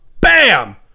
bam